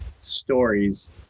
stories